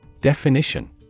Definition